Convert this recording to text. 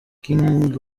king